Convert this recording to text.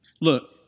Look